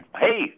Hey